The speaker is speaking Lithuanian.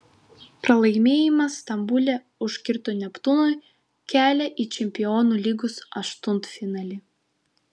pralaimėjimas stambule užkirto neptūnui kelią į čempionų lygos aštuntfinalį